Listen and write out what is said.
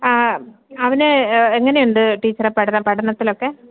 അവൻ എങ്ങനെയുണ്ട് ടീച്ചറേ പഠനം പഠനത്തിലൊക്കെ